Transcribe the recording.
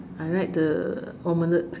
I like the omelette